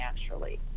naturally